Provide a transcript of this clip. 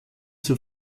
zur